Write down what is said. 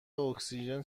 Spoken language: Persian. اکسیژن